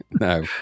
no